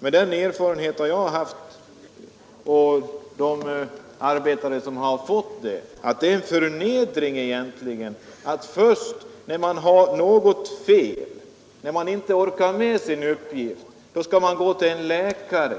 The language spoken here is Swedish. Med den erfarenhet jag har vill jag säga att det innebär en förnedring att få förtidspension. Först när man har något fel och inte orkar med sin uppgift skall man gå till läkare